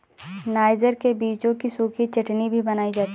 niger के बीजों की सूखी चटनी भी बनाई जाती है